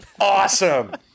awesome